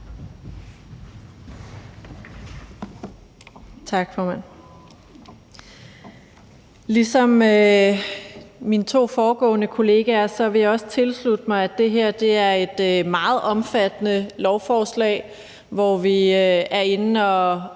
Tak, formand. Ligesom mine to foregående kolleger vil jeg også tilslutte mig, at det her er et meget omfattende lovforslag, hvor vi er inde at